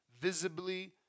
visibly